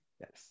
yes